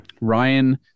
Ryan